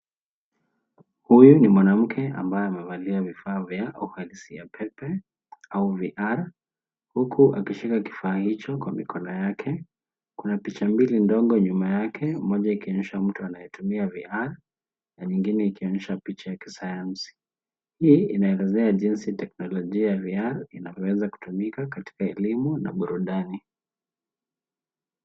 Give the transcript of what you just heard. Hyu ni mwanamke ambaye amevalia vifaa vya uhalisia pepe au vr huku akishika kifaa hicho kwa mikono yake, kuna picha mbili dongo nyuma yake moja ikionyesha mtu anayetumia vr na nyingine ikionysha picha ya kisayansi. Hii inaelezea jinsi teknolojia ya vr inavyoweza kutumika katika elimu na burudani.